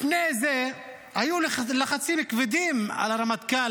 לפני זה היו לחצים כבדים על הרמטכ"ל